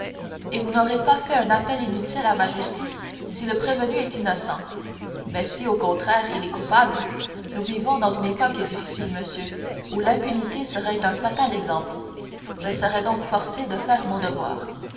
et vous n'aurez pas fait un appel inutile à ma justice si le prévenu est innocent mais si au contraire il est coupable nous vivons dans une époque difficile monsieur où l'impunité serait d'un fatal exemple je serai donc forcé de faire mon devoir